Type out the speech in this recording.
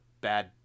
bad